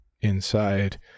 inside